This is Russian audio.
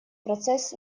процесс